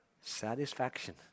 satisfaction